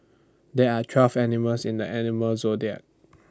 there are twelve animals in the animal zodiac